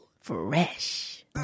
fresh